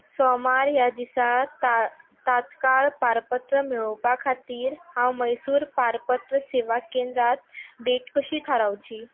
सोमार ह्या दिसा ता तात्काळ पारपत्र मेळोवपा खातीर हांव मैसूर पारपत्र सेवा केंद्रांत भेट कशी थारावची